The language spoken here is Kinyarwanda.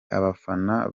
abafana